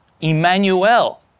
Emmanuel